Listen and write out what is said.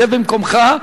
שב במקומך,